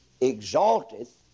exalteth